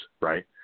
right